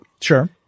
Sure